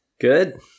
Good